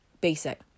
basic